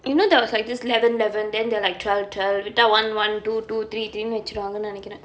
you know there was like this eleven eleven then there like twelve twelve later one one two two three three வச்சிருவாங்க நினைக்குற:vachchiruvaanga ninaikkura